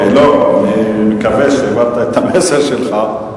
לא, אני מקווה שהעברת את המסר שלך,